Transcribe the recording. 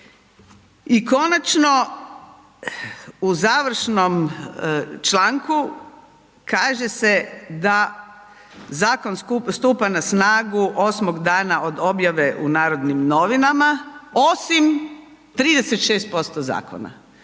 I konačno u završnom članku kaže se zakon stupa na snagu osmog dana od objave u Narodnim novinama, osim 36% zakona.